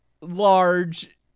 large